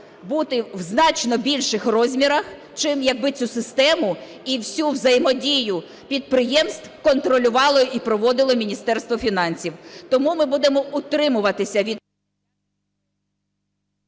бути в значно більших розмірах, чим якби цю систему і всю взаємодію підприємств контролювало і проводило Міністерство фінансів. Тому ми будемо утримуватися від…